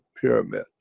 pyramid